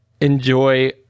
enjoy